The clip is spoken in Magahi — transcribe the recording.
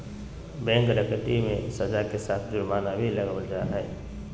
बैंक डकैती मे सज़ा के साथ जुर्माना भी लगावल जा हय